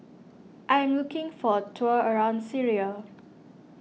I am looking for a tour around Syria